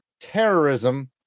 Terrorism